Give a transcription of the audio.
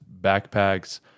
backpacks